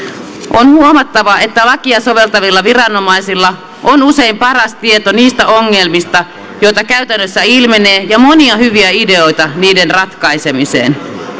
on huomattava että lakia soveltavilla viranomaisilla on usein paras tieto niistä ongelmista joita käytännössä ilmenee ja monia hyviä ideoita niiden ratkaisemiseen